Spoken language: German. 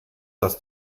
das